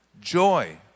joy